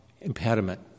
impediment